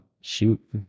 shoot